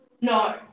No